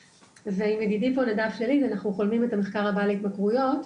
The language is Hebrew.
ואנחנו חולמים את המחקר הבא על התמכרויות,